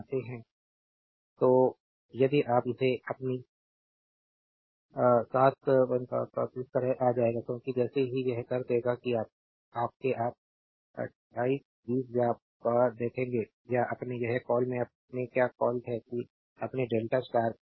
slide समय देखें 2957 तो यदि आप इसे अपने ८८८८ इस तरफ आ जाएगा क्योंकि जैसे ही यह कर देगा कि आपके आप २४ २० व्यापार देखेंगे या अपने क्या कॉल में अपने क्या कॉल है कि अपने डेल्टा स्टार के लिए